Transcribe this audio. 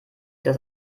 das